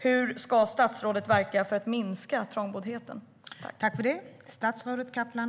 Hur ska statsrådet verka för att minska trångboddheten?